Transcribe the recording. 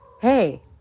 hey